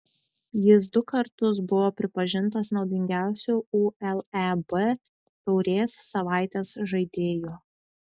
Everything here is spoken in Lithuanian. jis du kartus buvo pripažintas naudingiausiu uleb taurės savaitės žaidėju